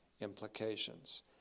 implications